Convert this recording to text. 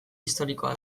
historikoa